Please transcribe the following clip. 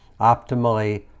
optimally